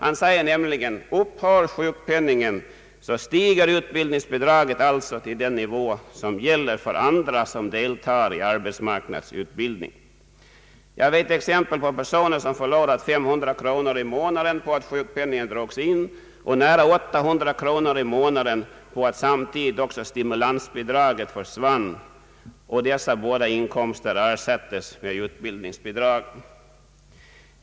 Han säger nämligen: »Upphör sjukpenningen, stiger utbildningsbidraget alltså till den nivå som gäller för andra som deltar i arbetsmarknadsutbildning.» Jag vet exempel på personer som förlorat 500 kronor i månaden på att sjukpenningen drogs in och nära 800 kronor i månaden på att samtidigt också stimulansbidraget försvann och dessa båda inkomster ersattes med utbildningsbidrag.